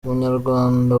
umunyarwanda